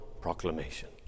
proclamation